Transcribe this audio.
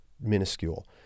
minuscule